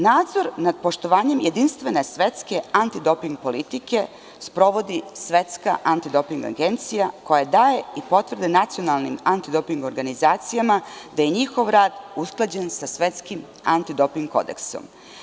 Nadzor nad poštovanjem jedinstvene svetske antidoping politike sprovodi Svetska antidoping agencija koja daje i potrebne antidoping organizacijama da je njihov rad usklađen sa Svetskim antidoping kodeksom.